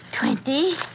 Twenty